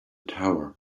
tower